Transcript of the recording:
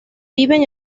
viven